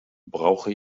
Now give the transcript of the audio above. brauche